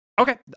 Okay